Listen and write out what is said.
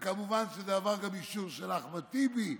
וכמובן שזה עבר גם אישור של אחמד טיבי,